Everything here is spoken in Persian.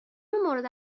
مورد